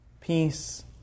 peace